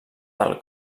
del